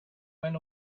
went